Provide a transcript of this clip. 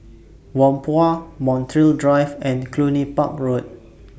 Whampoa Montreal Drive and Cluny Park Road